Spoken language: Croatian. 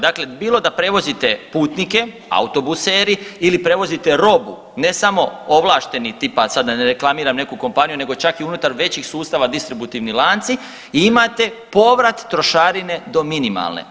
Dakle, bilo da prevozite putnike, autobuseri ili prevozite robu, ne samo ovlašteni tipa sad da ne reklamiram neku kompaniju nego čak i unutar većih sustava distributivni lanci imate povrat trošarine do minimalne.